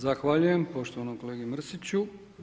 Zahvaljujem poštovanom kolegi Mrsiću.